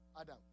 Adam